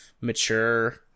mature